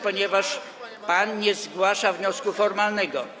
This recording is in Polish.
ponieważ pan nie zgłasza wniosku formalnego.